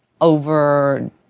over